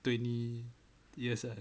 twenty years ah